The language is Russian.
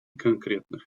конкретных